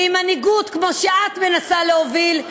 ועם מנהיגות כמו שאת מנסה להוביל,